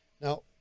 Now